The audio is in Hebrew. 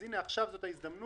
אז הנה, עכשיו זאת ההזדמנות